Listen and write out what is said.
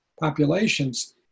populations